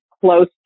close